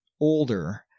older